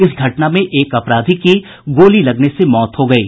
इस घटना में एक अपराधी की गोली लगने से मौत हो गयी